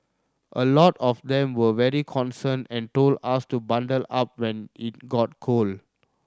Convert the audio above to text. a lot of them were very concerned and told us to bundle up when it got cold